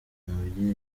umubyeyi